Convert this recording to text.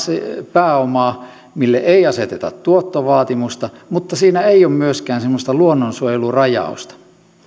pääomaa mille ei aseteta tuottovaatimusta mutta siinä ei ole myöskään semmoista luonnonsuojelurajausta